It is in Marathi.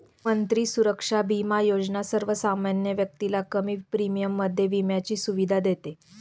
मंत्री सुरक्षा बिमा योजना सर्वसामान्य व्यक्तीला कमी प्रीमियम मध्ये विम्याची सुविधा देते